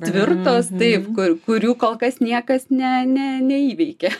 tvirtos taip kur kurių kol kas niekas ne ne neįveikė